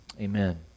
Amen